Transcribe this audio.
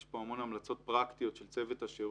יש פה המון המלצות פרקטיות של צוות השירות.